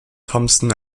thompson